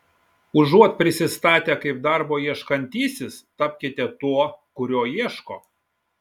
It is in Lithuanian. užuot prisistatę kaip darbo ieškantysis tapkite tuo kurio ieško